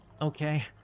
Okay